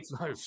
No